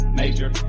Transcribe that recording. major